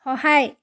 সহায়